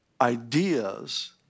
ideas